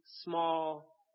small